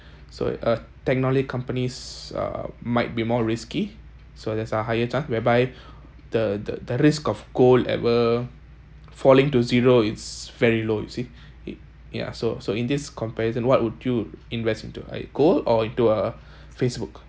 so a technol~ companies uh might be more risky so there's a higher chance whereby the the the risk of gold ever falling to zero it's very low you see it ya so so in this comparison what would you invest into are gold or into a facebook